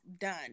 Done